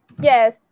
Yes